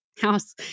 house